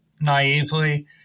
naively